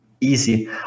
easy